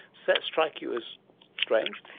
so that strike you as strange?